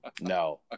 No